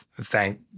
thank